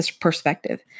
perspective